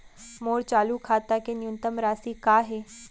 मोर चालू खाता के न्यूनतम राशि का हे?